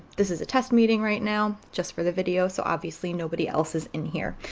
this is a test meeting right now just for the video so obviously nobody else is in here,